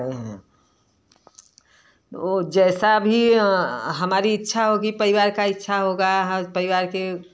और जैसा भी हमारी इच्छा होगी परिवार का इच्छा होगा परिवार के